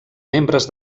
membres